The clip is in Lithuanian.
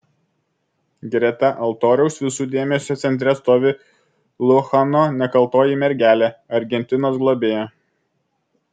greta altoriaus visų dėmesio centre stovi luchano nekaltoji mergelė argentinos globėja